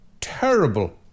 terrible